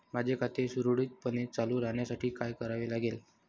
माझे खाते सुरळीतपणे चालू राहण्यासाठी काय करावे लागेल?